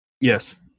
Yes